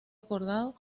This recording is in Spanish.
acordado